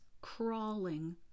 crawling